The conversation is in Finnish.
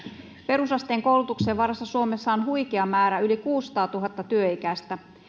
perusasteen koulutuksen varassa suomessa on huikea määrä yli kuusisataatuhatta työikäistä